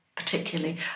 particularly